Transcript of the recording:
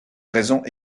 raisons